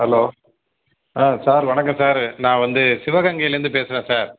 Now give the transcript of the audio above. hello ஆ sir வணக்கம் sir நான் வந்து சிவகங்கையிலேருந்து பேசுறேன் சார்